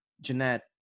Jeanette